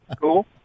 Cool